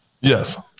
Yes